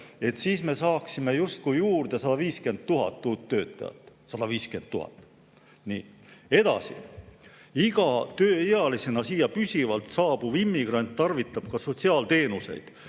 Siis me saaksime justkui juurde 150 000 uut töötajat. 150 000! Nii, edasi. Iga tööealisena siia püsivalt saabuv immigrant tarvitab ka sotsiaalteenuseid.